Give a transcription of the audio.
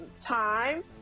time